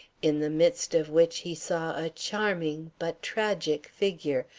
in the midst of which he saw a charming, but tragic, figure,